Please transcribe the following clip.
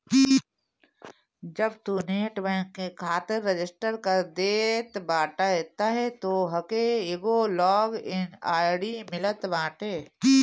जब तू net banking खातिर रजिस्टर कर देत बाटअ तअ तोहके एगो लॉग इन आई.डी मिलत बाटे